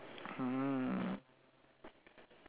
mmhmm